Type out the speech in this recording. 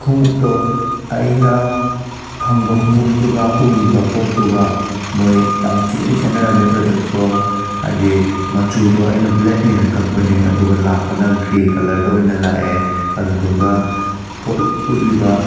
ꯈꯣꯡꯎꯞꯇꯣ ꯑꯩꯅ ꯐꯪꯕ ꯈꯣꯡꯎꯞꯇꯨꯒ ꯎꯔꯤꯕ ꯄꯣꯠꯇꯨꯒ ꯃꯣꯏ ꯌꯥꯝ ꯊꯤꯅ ꯈꯦꯠꯅꯔꯝꯃꯦ ꯄ꯭ꯔꯗꯛꯇꯣ ꯍꯥꯏꯗꯤ ꯃꯆꯨꯗꯣ ꯑꯩꯅ ꯕ꯭ꯂꯦꯛꯅꯦꯅ ꯀꯛꯄꯅꯤ ꯑꯗꯨꯒ ꯂꯥꯛꯄꯅ ꯒ꯭ꯔꯦ ꯀꯂꯔꯗ ꯑꯣꯏꯅ ꯂꯥꯛꯑꯦ ꯑꯗꯨꯗꯨꯒ ꯄꯣꯠ ꯎꯠꯂꯤꯕ